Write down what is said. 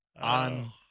on